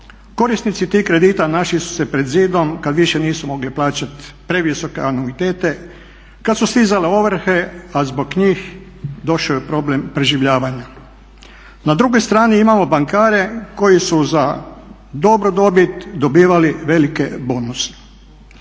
Korisnici tih kredita našli su se pred zidom kad više nisu mogli plaćati previsoke anuitete, kad su stizale ovrhe, a zbog njih došao je problem preživljavanja. Na drugoj strani imamo bankare koji su za dobru dobit dobivali velike bonuse.